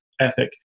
ethic